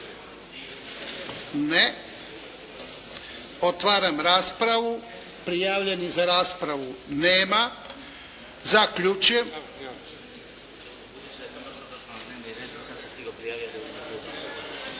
Ne. Otvaram raspravu. Prijavljenih za raspravu nema. Zaključujem.